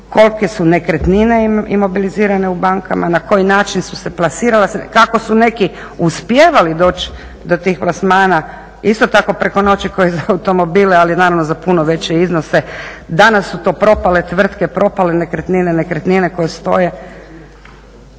kolike su nekretnine imobilizirane u bankama, na koji način su se plasirala sredstva, kako su neki uspijevali doći do tih plasmana isto tako preko noći kao i za automobile, ali naravno za puno veće iznose. Danas su to propale tvrtke, propale nekretnine, nekretnine koje stoje.